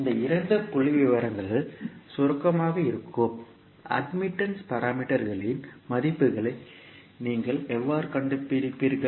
இந்த இரண்டு புள்ளிவிவரங்கள் சுருக்கமாக இருக்கும் அட்மிட்டன்ஸ் பாராமீட்டர்களின் மதிப்புகளை நீங்கள் எவ்வாறு கண்டுபிடிப்பீர்கள்